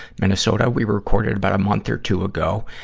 minnesota. we recorded about a month or two ago.